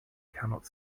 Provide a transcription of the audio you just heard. cannot